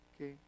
Okay